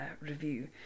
review